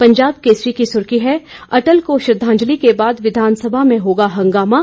पंजाब केसरी की सुर्खी है अटल को श्रद्वाजंलि के बाद विधानसभा में होगा हंगामा